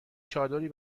چادری